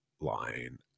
line